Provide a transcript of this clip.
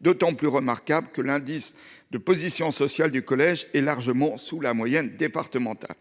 d’autant plus remarquables que l’indice de position sociale (IPS) du collège se situe largement sous la moyenne départementale.